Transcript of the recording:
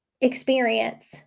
experience